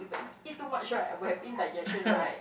if eat too much right will been indigestion right